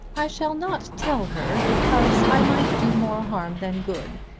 i shall not tell her because i might do more harm than good.